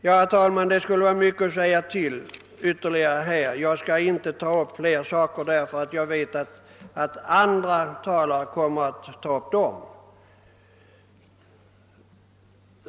Herr talman, det skulle vara mycket att säga ytterligare, men jag skall inte ta upp en del andra saker, eftersom jag vet att andra talare kommer att göra det.